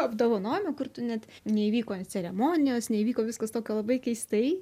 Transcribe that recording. apdovanojimą kur tu net neįvyko net ceremonijos neįvyko viskas tokio labai keistai